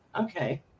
Okay